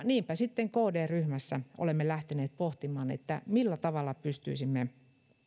niinpä sitten kd ryhmässä olemme lähteneet pohtimaan millä tavalla pystyisimme